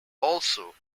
also